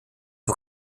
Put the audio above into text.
für